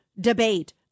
debate